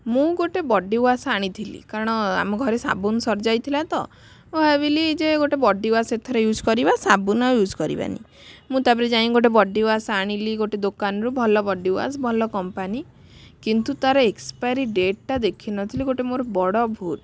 ମୁଁ ଗୋଟେ ବଡ଼ିୱାଶ ଆଣିଥିଲି କାରଣ ଆମ ଘରେ ସାବୁନ ସରି ଯାଇଥିଲା ତ ମୁଁ ଭାବିଲି ଯେ ଗୋଟେ ବଡ଼ିୱାଶ ଏଥର ୟୁଜ କରିବା ସାବୁନ ଆଉ ୟୁଜ କରିବାନି ମୁଁ ତାପରେ ଯାଇ ଗୋଟେ ଆଣିଲି ଗୋଟେ ଦୋକାନରୁ ଭଲ ବଡ଼ିୱାଶ ଭଲ କମ୍ପାନୀ କିନ୍ତୁ ତାର ଏକ୍ସପାରି ଡେଟଟା ଦେଖି ନ ଥିଲି ଗୋଟେ ମୋର ବଡ଼ ଭୁଲ